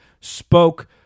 spoke